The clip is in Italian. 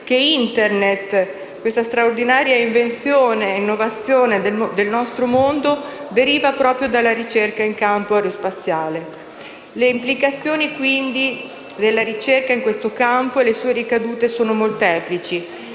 che Internet, questa straordinaria invenzione e innovazione del nostro mondo, deriva proprio dalla ricerca in campo aerospaziale. Le implicazioni, quindi, della ricerca in questo campo e le sue ricadute sono molteplici.